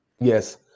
yes